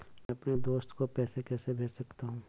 मैं अपने दोस्त को पैसे कैसे भेज सकता हूँ?